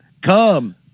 come